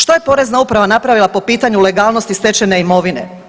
Što je Porezna uprava napravila po pitanju legalnosti stečene imovine?